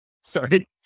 Sorry